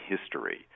history